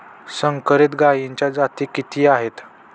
संकरित गायीच्या जाती किती आहेत?